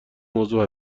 موضوع